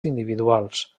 individuals